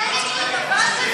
השוו אותו לנאצי.